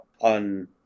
on